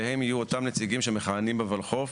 והם יהיו אותם נציגים שמכהנים בולחו"ף